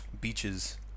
beaches